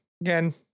again